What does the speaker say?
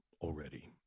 already